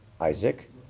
Isaac